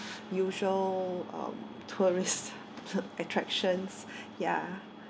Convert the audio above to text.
usual um tourist attractions ya